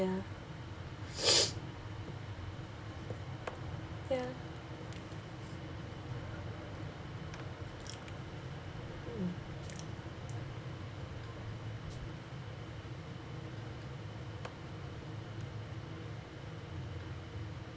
ya ya mm